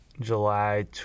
July